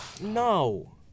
No